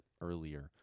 earlier